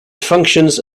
functions